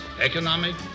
economic